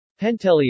Penteli